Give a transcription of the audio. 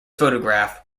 photograph